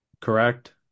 correct